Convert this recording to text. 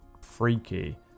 freaky